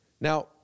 Now